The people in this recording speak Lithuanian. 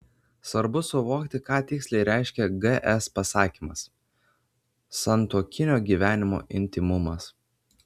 svarbu suvokti ką tiksliai reiškia gs pasakymas santuokinio gyvenimo intymumas